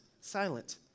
Silent